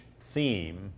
theme